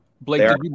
Blake